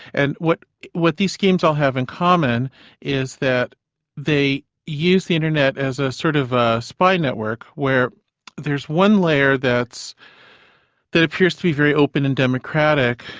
and what what these schemes all have in common is that they use the internet as a sort of a spy network, where there's one layer that appears to be very open and democratic,